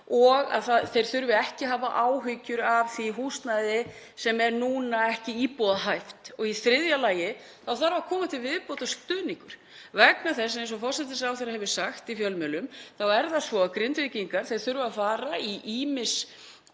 og að þeir þurfi ekki að hafa áhyggjur af því húsnæði sem er núna ekki íbúðarhæft. Í þriðja lagi þarf að koma til viðbótarstuðningur vegna þess, eins og forsætisráðherra hefur sagt í fjölmiðlum, að Grindvíkingar þurfa að fara í ýmis